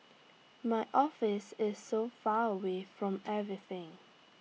my office is so far away from everything